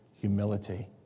Humility